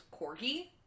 corgi